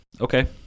Okay